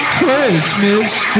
Christmas